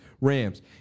Rams